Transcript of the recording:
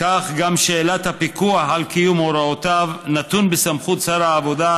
כך גם שאלת הפיקוח על קיום הוראותיו נתונה בסמכות שר העבודה,